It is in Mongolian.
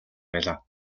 байлаа